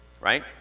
right